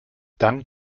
dank